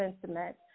sentiment